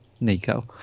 Nico